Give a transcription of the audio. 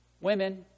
women